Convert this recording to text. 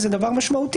וזה דבר משמעותי.